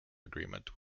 agreement